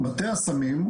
מטה הסמים,